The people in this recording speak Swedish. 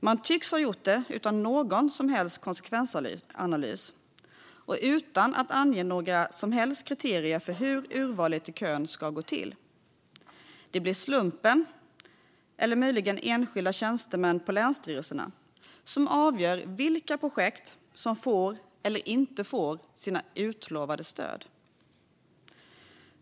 Man tycks ha gjort det utan någon som helst konsekvensanalys och utan att ange några som helst kriterier för hur urvalet i kön ska gå till. Det blir slumpen, eller möjligen enskilda tjänstemän på länsstyrelserna, som avgör vilka projekt som får eller inte får det utlovade stödet.